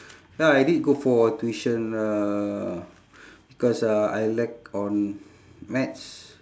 ya I did go for tuition uh cause uh I lack on maths